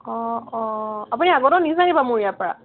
অঁ অঁ আপুনি আগতেও নিছে কিবা মোৰ ইয়াৰপৰা